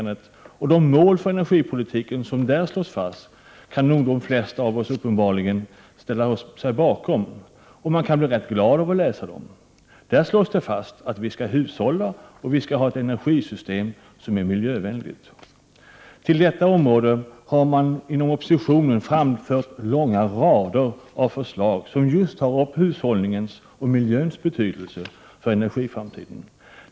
De mål för energipolitiken som slås fast i betänkandet kan de flesta av oss uppenbarligen ställa oss bakom, och man kan bli ganska glad av att läsa om dem. I betänkandet slås det fast att vi skall hushålla och att vi skall ha ett energisystem som är miljövänligt. Till detta område har man inom oppositionen framfört långa rader av förslag som just tar upp hushållningens och miljöns betydelse för energiframtiden.